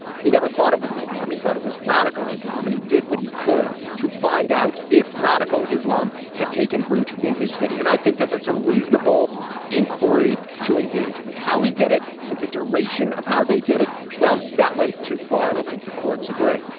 he never thought it was islam. he thought it was radical islam. and he did what he could to find out if radical islam had taken root in his city. and i think that that's a reasonable inquiry to engage in how he did it and the duration of how they did it. well, that went too far. and i think the courts agree.